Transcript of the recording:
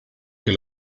que